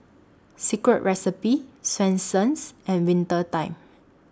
Secret Recipe Swensens and Winter Time